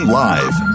live